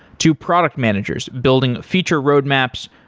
to product managers building feature roadmaps,